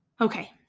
Okay